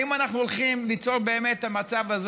האם אנחנו הולכים ליצור באמת מצב כזה